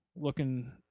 looking